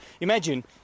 imagine